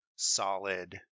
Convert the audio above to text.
solid